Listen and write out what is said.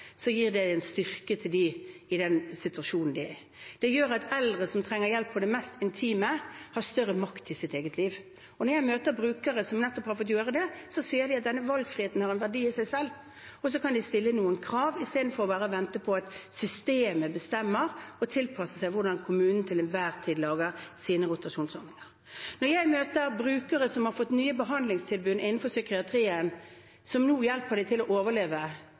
gir det dem en styrke i den situasjonen de er i. Det gjør at eldre som trenger hjelp til det mest intime, har større makt i sitt eget liv. Når jeg møter brukere som nettopp har fått gjøre det, sier de at denne valgfriheten har en verdi i seg selv, og så kan de stille noen krav istedenfor bare å vente på at systemet bestemmer, og at man må tilpasse seg hvordan kommunen til enhver tid lager sine rotasjonsordninger. Når jeg møter brukere som har fått nye behandlingstilbud innenfor psykiatrien, som nå hjelper dem til å overleve,